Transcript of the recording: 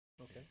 Okay